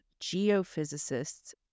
geophysicists